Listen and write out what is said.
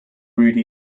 rudy